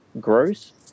grows